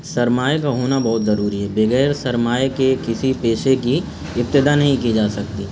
سرمائے کا ہونا بہت ضروری ہے بغیر سرمائے کے کسی پیشے کی ابتدا نہیں کی جا سکتی